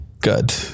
Good